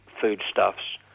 foodstuffs